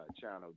channel